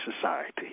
society